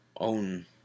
own